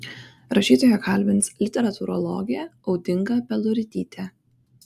rašytoją kalbins literatūrologė audinga peluritytė